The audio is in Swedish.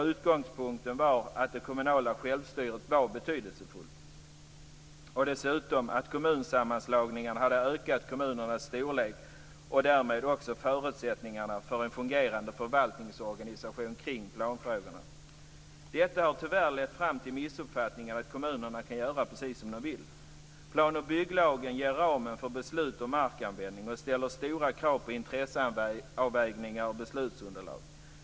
Utgångspunkten var att det kommunala självstyret var betydelsefullt. Dessutom hade kommunsammanslagningarna ökat kommunernas storlek och därmed också förutsättningarna för en fungerande förvaltningsorganisation kring planfrågorna. Detta har tyvärr lett fram till missuppfattningen att kommunerna kan göra precis som de vill. Plan och bygglagen ger ramen för beslut om markanvändningen och ställer stora krav på intresseavvägningar och beslutsunderlag.